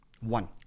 One